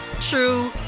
true